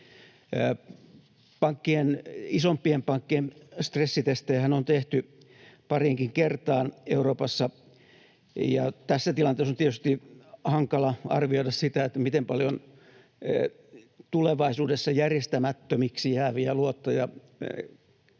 Isompien pankkien stressitestejähän on tehty pariinkin kertaan Euroopassa, ja tässä tilanteessa on tietysti hankala arvioida sitä, miten paljon tulevaisuudessa järjestämättömiksi jääviä luottoja